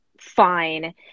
fine